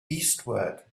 eastward